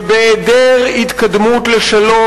ובהיעדר התקדמות לשלום,